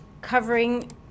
covering